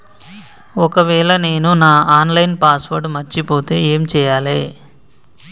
ఒకవేళ నేను నా ఆన్ లైన్ పాస్వర్డ్ మర్చిపోతే ఏం చేయాలే?